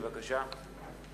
בבקשה.